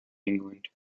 england